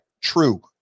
true